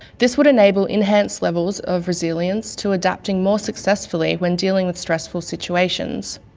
this would enable enhanced levels of resilience to adapting more successfully when dealing with stressful situations.